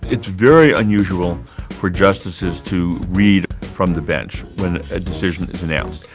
it's very unusual for justices to read from the bench when a decision is announced.